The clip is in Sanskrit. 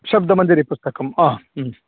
शब्दमञ्जरीपुस्तकं आम् म्